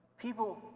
people